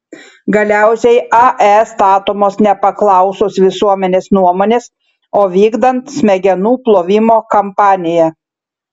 galiausiai ae statomos nepaklausus visuomenės nuomonės o vykdant smegenų plovimo kampaniją